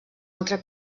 altra